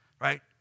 right